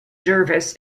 jervis